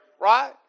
right